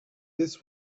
this